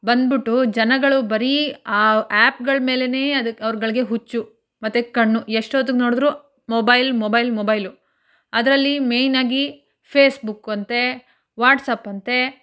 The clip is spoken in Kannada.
ಬಂದ್ಬಿಟ್ಟು ಜನಗಳು ಬರೀ ಆ ಆ್ಯಪ್ಗಳು ಮೇಲೆಯೇ ಅದಕ್ಕೆ ಅವ್ರುಗಳಿಗೆ ಹುಚ್ಚು ಮತ್ತು ಕಣ್ಣು ಎಷ್ಟೊತ್ತಿಗೆ ನೋಡಿದರು ಮೊಬೈಲ್ ಮೊಬೈಲ್ ಮೊಬೈಲು ಅದರಲ್ಲಿ ಮೇಯ್ನಾಗಿ ಫೇಸ್ಬುಕ್ಕು ಅಂತೆ ವಾಟ್ಸಪ್ ಅಂತೆ